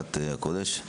עבודת הקודש.